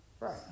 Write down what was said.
Right